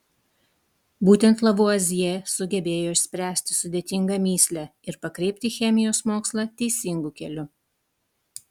būtent lavuazjė sugebėjo išspręsti sudėtingą mįslę ir pakreipti chemijos mokslą teisingu keliu